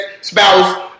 spouse